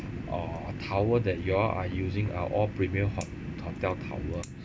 uh towel that you all are using are all premium hot~ hotel towel